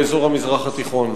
באזור המזרח התיכון,